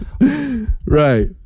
Right